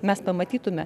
mes pamatytume